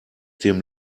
dem